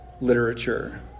literature